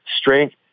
strength